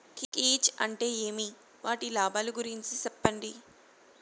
కీచ్ అంటే ఏమి? వాటి లాభాలు గురించి సెప్పండి?